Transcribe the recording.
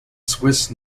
swiss